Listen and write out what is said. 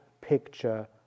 picture